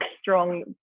strong